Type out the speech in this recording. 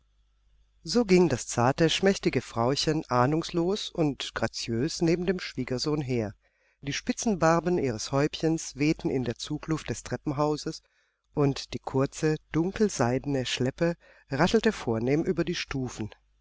so ging das zarte schmächtige frauchen ahnungslos und graziös neben dem schwiegersohn her die spitzenbarben ihres häubchens wehten in der zugluft des treppenhauses und die kurze dunkelseidene schleppe raschelte vornehm über die stufen